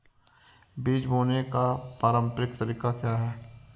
बीज बोने का पारंपरिक तरीका क्या है?